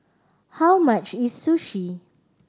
how much is Sushi